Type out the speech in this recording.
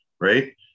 Right